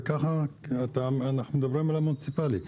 וככה אנחנו מדברים על המוניציפלי,